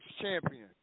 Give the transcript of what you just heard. champion